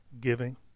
giving